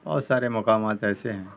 بہت سارے مقامات ایسے ہیں